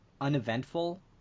uneventful